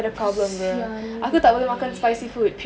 kesian baby